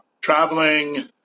traveling